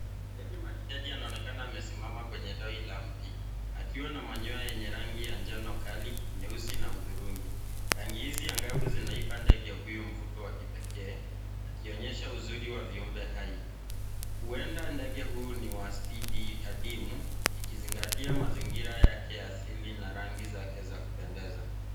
Ndege maridadi anaonekana amesimama kwenye tawi la miti, akiwa na manyoa enye rangi ya njano kali nyeusi uturungi akiagizi angavu akimpaa ndege huyu mvuto kipekee, akionyesha uzuri wa viumbe hai. Uenda ndege huyu ni wa spidi adhimu, ikizingatia mazingira yake ya asili na rangi zake zakekupendeza.